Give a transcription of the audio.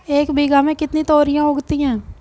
एक बीघा में कितनी तोरियां उगती हैं?